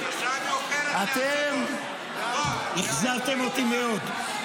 אתם אכזבתם אותי מאוד.